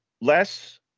less